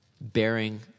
bearing